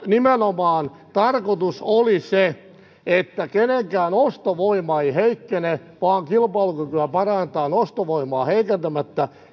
nimenomaan tarkoitus oli se että kenenkään ostovoima ei heikkene vaan kilpailukykyä parannetaan ostovoimaa heikentämättä